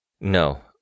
No